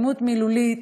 אלימות מילולית,